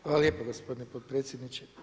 Hvala lijepo gospodine potpredsjedniče.